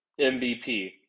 MVP